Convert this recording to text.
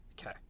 Okay